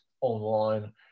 online